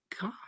God